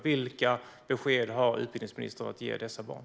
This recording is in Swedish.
Vilka besked har utbildningsministern att ge dessa barn?